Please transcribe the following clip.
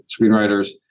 screenwriters